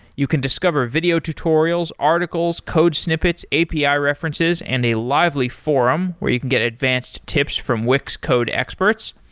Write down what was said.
you can discover video tutorials, articles, code snippets, api ah references and a lively forum where you can get advanced tips from wix code experts.